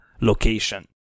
location